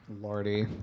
lordy